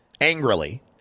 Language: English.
angrily